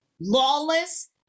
lawless